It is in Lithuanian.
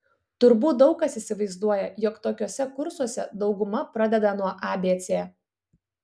turbūt daug kas įsivaizduoja jog tokiuose kursuose dauguma pradeda nuo abc